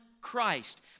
Christ